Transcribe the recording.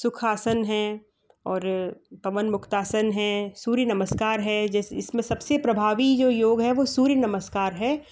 सुखासन है और पवन मुक्तासन है सूर्य नमस्कार है जैसे इसमें सबसे प्रभावी जो योग है वो सूर्य नमस्कार है